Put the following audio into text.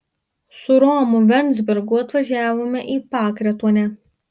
su romu venzbergu atvažiavome į pakretuonę